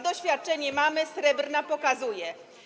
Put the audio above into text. Doświadczenie mamy, Srebrna pokazuje.